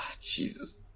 Jesus